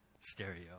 stereo